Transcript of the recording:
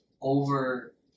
over